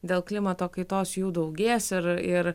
dėl klimato kaitos jų daugės ir ir